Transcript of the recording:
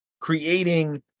creating